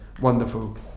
Wonderful